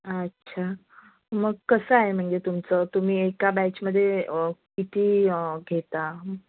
अच्छा मग कसं आहे म्हणजे तुमचं तुम्ही एका बॅचमधे किती घेता